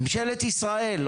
ממשלת ישראל,